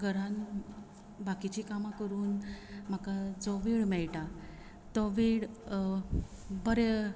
घरान बाकींची कामां करून म्हाका जो वेळ मेळटा तो वेळ बरे